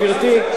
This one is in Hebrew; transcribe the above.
גברתי,